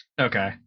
Okay